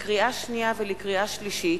לקריאה שנייה ולקריאה שלישית: